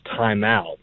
timeout